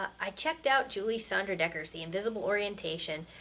i checked out julie sondra decker's the invisible orientation.